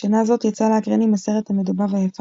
בשנה זאת יצא לאקרנים הסרט המדובב "היפה